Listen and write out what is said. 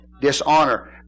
Dishonor